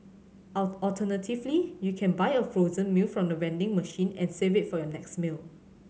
all alternatively you can buy a frozen meal from the vending machine and save it for your next meal